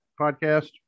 Podcast